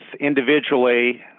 individually